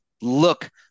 look